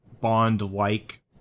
Bond-like